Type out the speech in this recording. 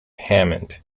hammond